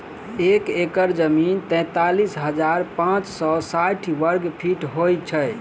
एक एकड़ जमीन तैँतालिस हजार पाँच सौ साठि वर्गफीट होइ छै